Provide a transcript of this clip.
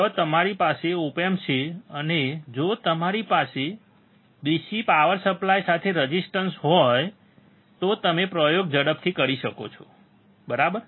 જ્યાં તમારી પાસે ઓપ એમ્પ છે અને જો તમારી પાસે DC પાવર સપ્લાય સાથે રેઝિસ્ટર હોય તો તમે પ્રયોગ ઝડપથી કરી શકો છો બરાબર